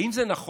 האם זה נכון,